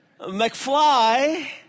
McFly